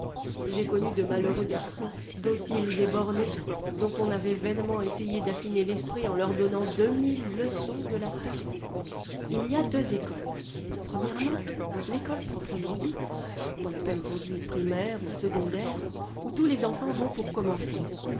j'ai connu de malheureux garçons dociles et bornés dont on avait vainement essayé d'affiner l'esprit en leur donnant deux mille leçons de latin il y a deux écoles l'ecole proprement dite qu'on appelle aujourd'hui primaire ou secondaire où tous les enfants vont pour commencer